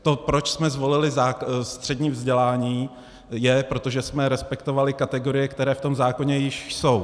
To, proč jsme zvolili střední vzdělání, je, protože jsme respektovali kategorie, které v tom zákoně již jsou.